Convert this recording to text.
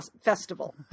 festival